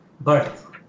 birth